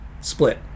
split